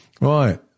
Right